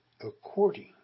according